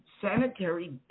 sanitary